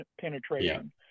penetration